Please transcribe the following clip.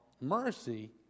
mercy